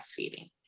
breastfeeding